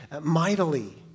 mightily